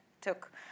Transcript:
took